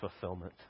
fulfillment